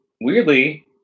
weirdly